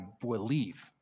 believe